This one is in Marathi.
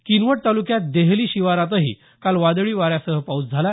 किनवट तालुक्यात देहली शिवारातही काल वादळी वाऱ्यासह पाऊस झाला